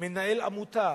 מנהל עמותה